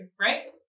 right